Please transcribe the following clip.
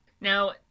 Now